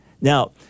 Now